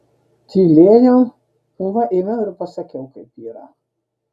tylėjau o va ėmiau ir pasakiau kaip yra